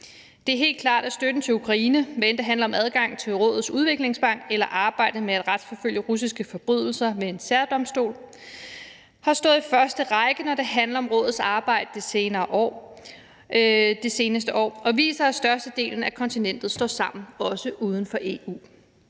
Det er helt klart, at støtten til Ukraine, hvad end det handler om adgang til rådets udviklingsbank eller arbejde med at retsforfølge russiske forbrydere ved en særdomstol, har stået i første række, når det handler om rådets arbejde det seneste år, og viser, at størstedelen af kontinentet står sammen, også uden for EU.